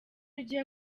ugiye